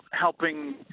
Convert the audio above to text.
helping